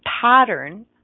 pattern